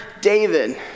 David